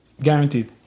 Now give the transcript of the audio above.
Guaranteed